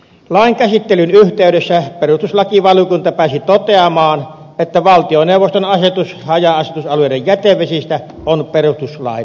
lain käsittelyn yhteydessä perustuslakivaliokunta pääsi toteamaan että valtioneuvoston asetus haja asutusalueiden jätevesistä on perustuslain vastainen